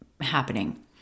happening